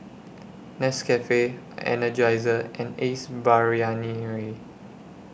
Nescafe Energizer and Ace Brainery